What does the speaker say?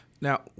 Now